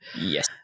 yes